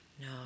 No